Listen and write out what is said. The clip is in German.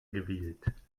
gewählt